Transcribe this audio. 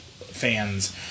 fans